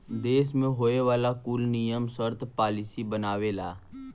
देस मे होए वाला कुल नियम सर्त पॉलिसी बनावेला